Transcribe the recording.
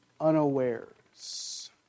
unawares